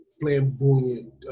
flamboyant